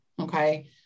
Okay